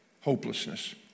hopelessness